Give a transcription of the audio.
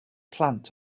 plant